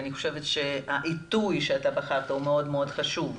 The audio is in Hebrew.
אני חושבת שהעיתוי שאתה בחרת הוא מאוד מאוד חשוב,